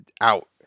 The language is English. Out